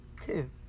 Two